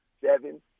seven